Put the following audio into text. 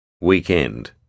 Weekend